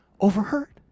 overheard